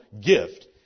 gift